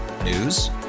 News